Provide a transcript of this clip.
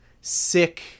sick